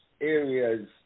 areas